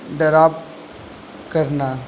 drop کرنا